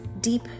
deep